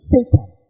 Satan